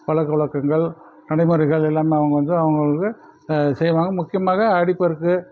பழக்கவழக்கங்கள் நடைமுறைகள் எல்லாமே அவங்க வந்து அவங்களுக்கு செய்வாங்க முக்கியமாக ஆடி பெருக்கு